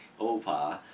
Opa